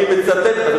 נשמע אותך מצטט את זה.